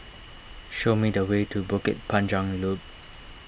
show me the way to Bukit Panjang Loop